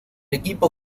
equipo